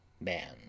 man